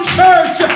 church